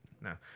No